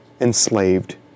enslaved